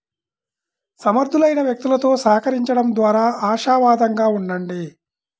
సమర్థులైన వ్యక్తులతో సహకరించండం ద్వారా ఆశావాదంగా ఉండండి